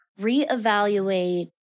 reevaluate